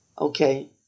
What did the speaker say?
okay